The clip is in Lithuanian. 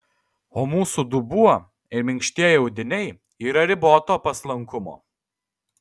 o mūsų dubuo ir minkštieji audiniai yra riboto paslankumo